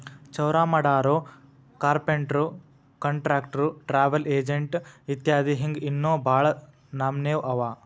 ಚೌರಾಮಾಡೊರು, ಕಾರ್ಪೆನ್ಟ್ರು, ಕಾನ್ಟ್ರಕ್ಟ್ರು, ಟ್ರಾವಲ್ ಎಜೆನ್ಟ್ ಇತ್ಯದಿ ಹಿಂಗ್ ಇನ್ನೋ ಭಾಳ್ ನಮ್ನೇವ್ ಅವ